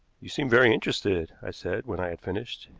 you seem very interested, i said, when i had finished.